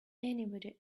anybody